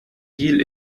gel